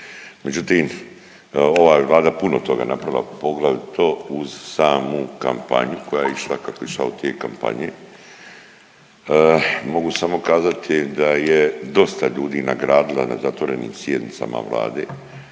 međutim ova Vlada je puno toga napravila, poglavito uz samu kampanju koja je išla kako je išao tijek kampanje. Mogu samo kazati da je dosta ljudi nagradila na zatvorenim sjednicama Vlade